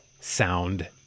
sound